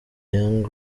young